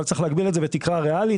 אבל צריך להגביל את זה בתקרה ריאלית.